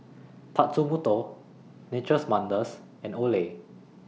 Tatsumoto Nature's Wonders and Olay